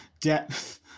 depth